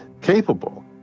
capable